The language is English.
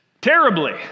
Terribly